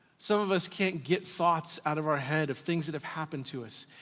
some of us can't get thoughts out of our head of things that have happened to us,